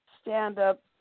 stand-up